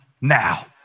now